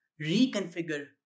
reconfigure